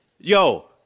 Yo